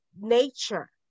nature